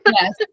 yes